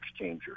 exchanger